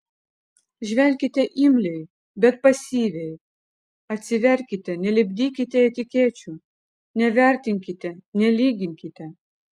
žvelkite imliai bet pasyviai atsiverkite nelipdykite etikečių nevertinkite nelyginkite